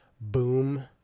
boom